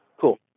Cool